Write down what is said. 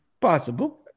possible